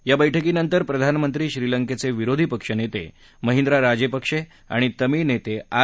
या बैठकीनंतर प्रधानमंत्री श्रीलंकेचे विरोधीपक्षनेते महिद्रा राजेपक्षे आणि तमीळ नेते आर